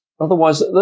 otherwise